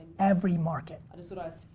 every market. i just thought i was.